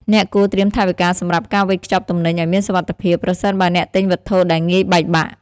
អ្នកគួរត្រៀមថវិកាសម្រាប់ការវេចខ្ចប់ទំនិញឱ្យមានសុវត្ថិភាព ប្រសិនបើអ្នកទិញវត្ថុដែលងាយបែកបាក់។